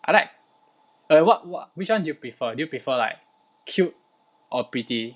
I like like what which [one] do you prefer do you prefer like cute or pretty